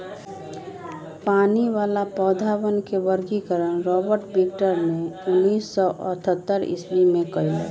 पानी वाला पौधवन के वर्गीकरण रॉबर्ट विटकर ने उन्नीस सौ अथतर ईसवी में कइलय